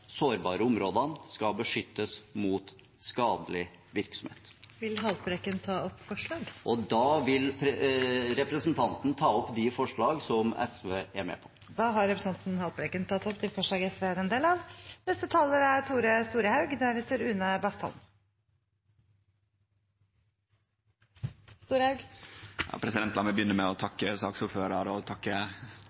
sårbare områdene skal beskyttes mot skadelig virksomhet. Jeg vil til slutt ta opp de forslag som SV er med på. Da har representanten Lars Haltbrekken tatt opp de forslagene han refererte til. La meg begynne med å takke saksordføraren, takke komiteen og det store, breie fleirtalet her fordi ein har klart å jobbe på tvers og